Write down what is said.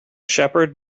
shepherd